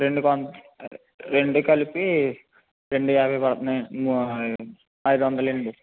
రెండు కొన్ రెండు కలిపి రెండు యాభై పడతన్నాయి ఐదు వందలండి